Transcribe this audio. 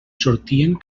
sortien